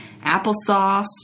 applesauce